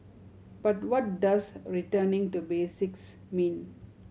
but what does returning to basics mean